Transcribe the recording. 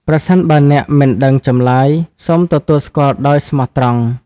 ប្រសិនបើអ្នកមិនដឹងចម្លើយ សូមទទួលស្គាល់ដោយស្មោះត្រង់។